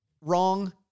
wrong